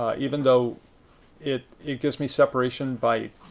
ah even though it it gives me separation by